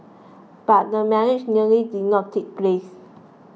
but the marriage nearly did not take place